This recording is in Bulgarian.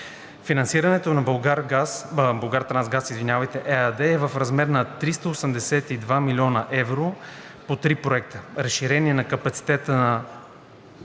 Финансирането за „Булгартрансгаз“ ЕАД е в размер на 382 млн. евро по три проекта – Разширение на капацитета на